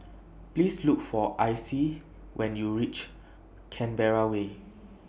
Please Look For Icie when YOU REACH Canberra Way